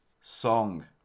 song